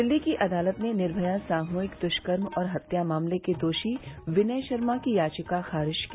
दिल्ली की अदालत ने निर्भया सामूहिक दुष्कर्म और हत्या मामले के दोषी विनय शर्मा की याचिका खारिज की